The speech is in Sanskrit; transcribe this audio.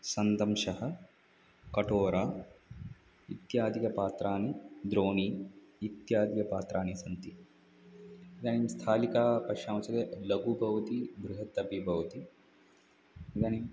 सन्दंशः कटोरा इत्यादिकपात्राणि द्रोणी इत्यादिपात्राणि सन्ति इदानीं स्थालिकां पश्यामः चेत् लघ्वी भवति बृहती अपि भवति इदानीं